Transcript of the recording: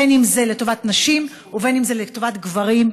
בין שזה לטובת נשים ובין שזה לטובת גברים,